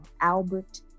Albert